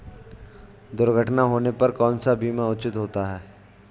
दुर्घटना होने पर कौन सा बीमा उचित होता है?